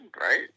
right